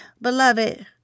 Beloved